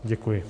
Děkuji.